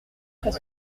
très